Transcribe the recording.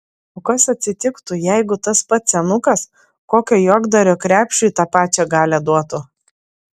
o kas atsitiktų jeigu tas pats senukas kokio juokdario krepšiui tą pačią galią duotų